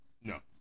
No